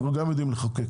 אנחנו גם יודעים לחוקק.